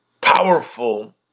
powerful